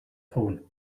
phone